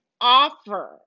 offer